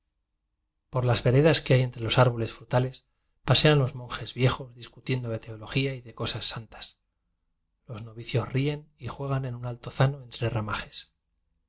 por las veredas que hay entre los árbo les fruíales pasean los monjes viejos discu tiendo de teología y de cosas santas los novicios rien y juegan en un altozano entre ramajes